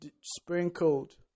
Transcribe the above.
sprinkled